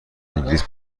انگلیس